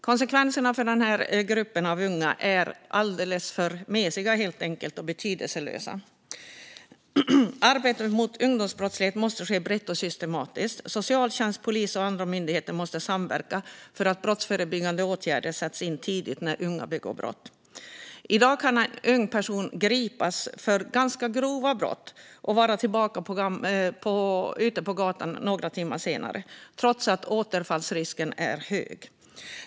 Konsekvenserna för denna grupp av unga är i dag alldeles för mesiga och betydelselösa, helt enkelt. Arbetet mot ungdomsbrottsligheten måste ske brett och systematiskt. Socialtjänst, polis och andra myndigheter måste samverka för att brottsförebyggande åtgärder ska sättas in tidigt när unga begår brott. I dag kan en ung person gripas för ganska grova brott och vara tillbaka på gatan några timmar senare, trots att risken för återfall är hög.